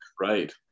right